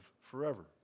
forever